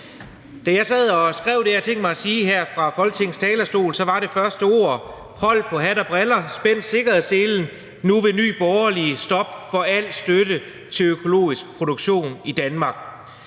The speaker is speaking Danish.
mig at sige her fra Folketingets talerstol, så var de første ord: Hold på hat og briller, spænd sikkerhedsselen, nu vil Nye Borgerlige stoppe for al støtte til økologisk produktion i Danmark.